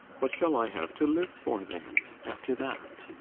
what shall i have to live for then after that?